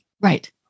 Right